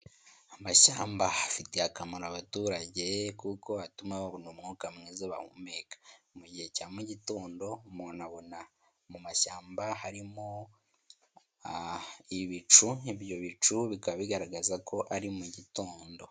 Amashyamba afitiye abaturage akamaro kuko atuma babona umwuka mwiza bahumeka. Mu gihe cya mujyitondo umuntu abona mu mashyamba harimo ibicu ibyo bicu bikaba bigaragazako ari mu gitondo.